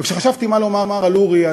כשחשבתי מה לומר על אורי,